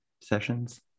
sessions